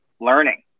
learning